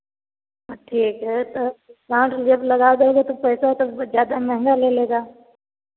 ठीक है तो सांठ जब लगा देंगे तो पैसा तो ज़्यादा महँगा ले लेगा